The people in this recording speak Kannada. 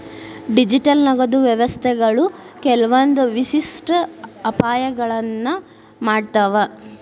ಡಿಜಿಟಲ್ ನಗದು ವ್ಯವಸ್ಥೆಗಳು ಕೆಲ್ವಂದ್ ವಿಶಿಷ್ಟ ಅಪಾಯಗಳನ್ನ ಮಾಡ್ತಾವ